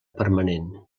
permanent